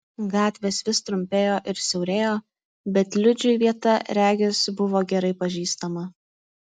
gatvės vis trumpėjo ir siaurėjo bet liudžiui vieta regis buvo gerai pažįstama